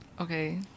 Okay